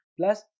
Plus